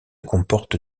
comporte